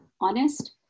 honest